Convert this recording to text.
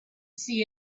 see